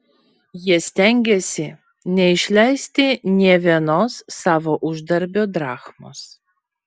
jie stengėsi neišleisti nė vienos savo uždarbio drachmos